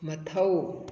ꯃꯊꯧ